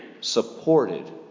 supported